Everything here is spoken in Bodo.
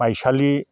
माइसालि